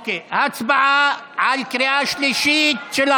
הצבעה על החוק בקריאה השלישית.